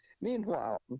Meanwhile